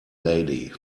lady